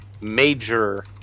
major